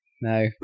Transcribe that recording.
No